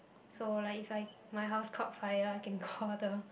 so like if I my house caught fire I can call the